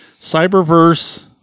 Cyberverse